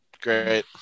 Great